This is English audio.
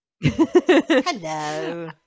Hello